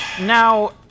Now